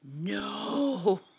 No